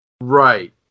Right